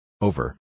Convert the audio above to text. Over